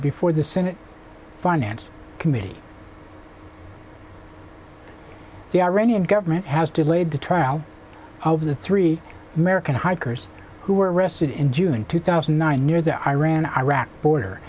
before the senate finance committee the iranian government has delayed the trial of the three american hikers who were arrested in june two thousand and nine near the iran iraq border